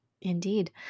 Indeed